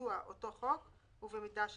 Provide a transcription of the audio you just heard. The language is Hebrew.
ביצוע אותו חוק, ובמידה שנדרש:"